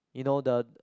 you know the